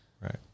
right